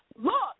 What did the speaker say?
Look